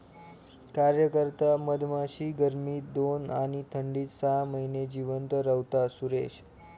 कार्यकर्ता मधमाशी गर्मीत दोन आणि थंडीत सहा महिने जिवंत रव्हता, सुरेश